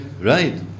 Right